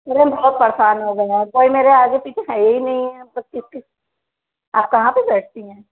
madam अब परेशान हो गए हैं कोई मेरे आगे पीछे है ही नहीं आप कहाँ पर बैठती हैं